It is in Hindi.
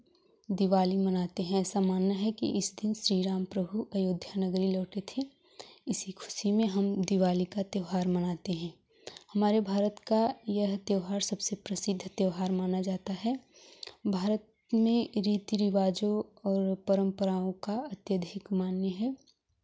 दिवाली मनाते हैं ऐसा मानना है कि इस दिन श्री राम प्रभु अयोध्या नगरी लौटे थे इसी खुशी में हम दिवाली का त्योहार मनाते हैं हमारे भारत का यह त्योहार सबसे प्रसिद्ध त्योहार माना जाता है भारत में रीति रिवाजों और परंपराओं का अत्यधिक मान्य है